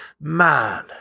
man